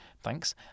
Thanks